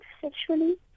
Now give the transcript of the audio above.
sexually